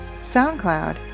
SoundCloud